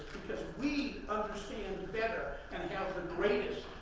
because we understand better, and and have the greatest